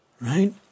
Right